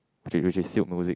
which is which is sealed music